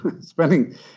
spending